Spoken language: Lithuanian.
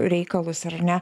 reikalus ar ne